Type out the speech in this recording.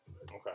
Okay